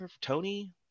tony